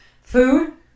food